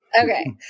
Okay